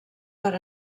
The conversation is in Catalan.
per